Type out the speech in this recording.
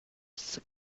that